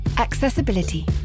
Accessibility